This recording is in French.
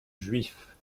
juif